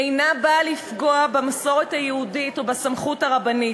היא אינה באה לפגוע במסורת היהודית או בסמכות הרבנית,